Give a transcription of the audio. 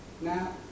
Now